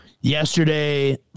yesterday